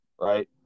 right